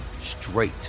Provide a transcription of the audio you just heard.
straight